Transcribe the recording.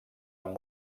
amb